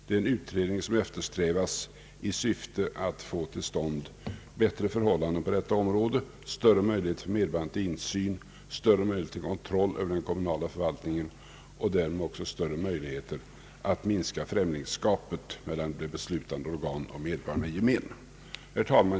Utredningen eftersträvas i syfte att få till stånd bättre förhållanden på detta område, större möjligheter till medborgerlig insyn, större möjligheter till kontroll av den kommunala förvaltningen och därmed också större möjligheter att minska främlingskapet mellan de beslutande organen och medborgarna i gemen. Herr talman!